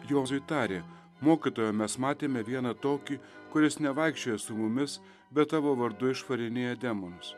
juozui tarė mokytojau mes matėme vieną tokį kuris nevaikščioja su mumis bet tavo vardu išvarinėja demonus